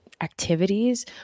activities